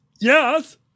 Yes